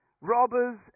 robbers